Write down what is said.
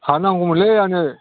हा नांगौमोनलै आंनो